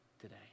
Today